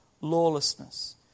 lawlessness